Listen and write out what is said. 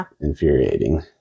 infuriating